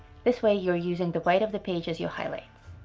this way you're using the white of the page as your highlights.